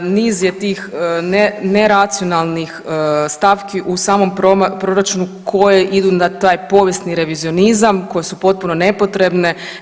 Niz je tih neracionalnih stavki u samom proračuna koje idu na taj povijesni revizionizam, koje su potpuno nepotrebne.